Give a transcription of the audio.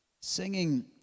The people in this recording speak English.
Singing